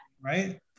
right